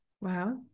Wow